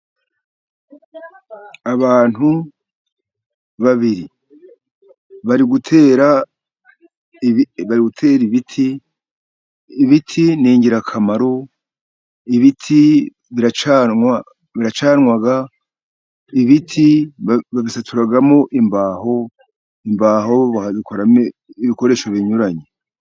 Abantu babiri bari gutera, bari gutera ibiti, ibiti ni ingirakamaro, ibiti biracanwa, ibiti babisaturaramo imbaho, imbaho bakazikoramo ibikoresho binyuranye.